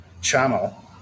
channel